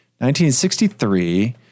1963